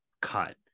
cut